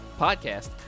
podcast